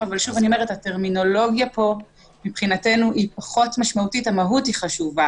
אבל הטרמינולוגיה פה פחות משמעותית, המהות חשובה